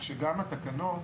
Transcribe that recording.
גם התקנות